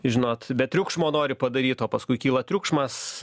žinot be triukšmo nori padaryt o paskui kyla triukšmas